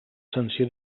sanció